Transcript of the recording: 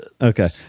Okay